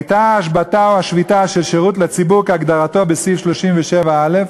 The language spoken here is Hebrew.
הייתה השבתה או שביתה של שירות לציבור כהגדרתו בסעיף 37א,